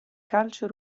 calcio